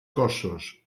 cossos